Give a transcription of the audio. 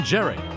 Jerry